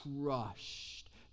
crushed